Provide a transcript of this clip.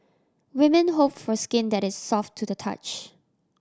women hope for skin that is soft to the touch